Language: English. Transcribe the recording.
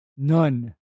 None